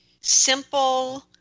simple